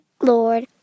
Lord